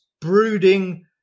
brooding